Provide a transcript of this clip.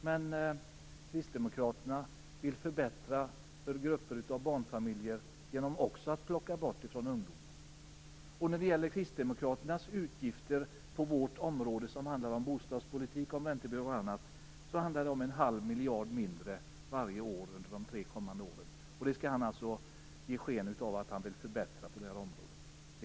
Men Kristdemokraterna vill förbättra för grupper av barnfamiljer genom att - också de - plocka bort från ungdomar. Kristdemokraternas utgifter på vårt område, som handlar om bostadspolitik, om räntebidrag och annat, ligger på 1⁄2 miljard mindre varje år under de tre kommande åren. Ändå ger man sken av att man vill förbättra på det här området.